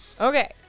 Okay